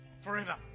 forever